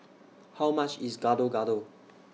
How much IS Gado Gado